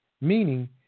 meaning